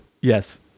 yes